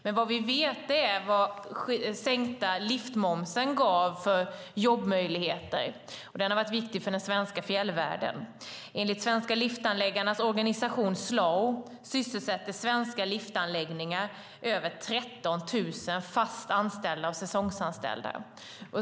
Men vad vi vet är vad den sänkta liftmomsen gav för jobbmöjligheter, och den har varit viktig för den svenska fjällvärlden. Enligt de svenska liftanläggarnas organisation SLAO sysselsätter svenska liftanläggningar över 13 000 fast anställda och säsongsanställda.